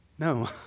No